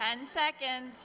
and second